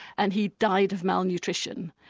and he died of malnutrition,